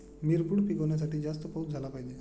मिरपूड पिकवण्यासाठी जास्त पाऊस झाला पाहिजे